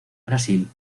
brasil